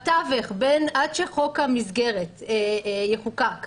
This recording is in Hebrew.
בתווך, עד שחוק המסגרת יחוקק ומחר,